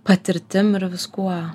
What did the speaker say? patirtim ir viskuo